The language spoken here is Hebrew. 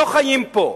שלא חיים פה,